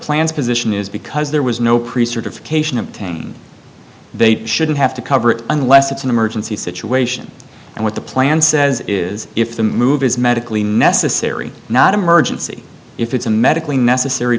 plans position is because there was no pre certified cation obtained they shouldn't have to cover it unless it's an emergency situation and what the plan says is if the move is medically necessary not emergency if it's a medically necessary